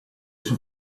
sue